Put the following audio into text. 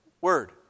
word